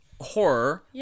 horror